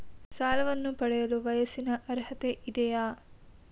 ಸಾಲವನ್ನು ಪಡೆಯಲು ವಯಸ್ಸಿನ ಅರ್ಹತೆ ಇದೆಯಾ?